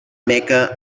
meca